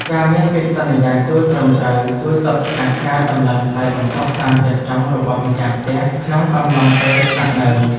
ការមានកិច្ចសន្យាជួលត្រឹមត្រូវជួយទប់ស្កាត់ការដំឡើងថ្លៃបន្ទប់តាមចិត្តចង់របស់ម្ចាស់ផ្ទះក្នុងអំឡុងពេលស្នាក់នៅ។